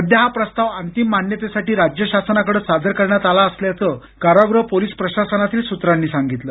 सध्या हा प्रस्ताव अंतिम मान्यतेसाठी राज्य शासनाकडे सादर करण्यात आला असल्याचं कारागृह पोलीस प्रशासनातील सूत्रांनी सांगितलं